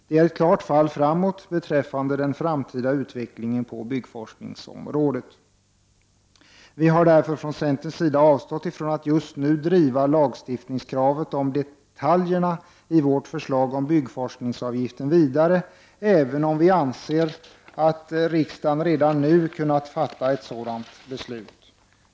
Det är ett klart fall framåt beträffande den framtida utvecklingen på byggforskningsområdet. Vi har därför från centerns sida avstått från att just nu driva lagstiftningskravet om detaljerna i vårt förslag om byggforskningsavgiften vidare, även om vi anser att riksdagen redan nu hade kunnat fatta ett sådant beslut.